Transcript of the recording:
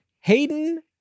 Hayden